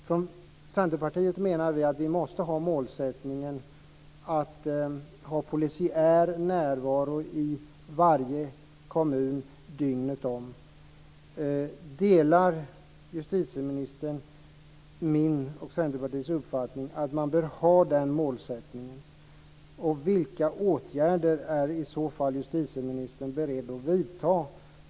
Från Centerpartiet menar vi att vi måste ha målsättningen att ha en polisiär närvaro i varje kommun dygnet runt. Delar justitieministern min och Centerpartiets uppfattning att man bör ha den målsättningen? Vilka åtgärder är i så fall justitieministern beredd att vidta?